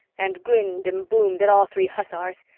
and grinned and boomed at all three hussars,